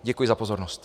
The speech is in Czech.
Děkuji za pozornost.